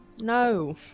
No